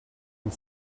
and